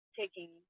taking